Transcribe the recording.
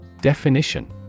Definition